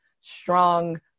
strong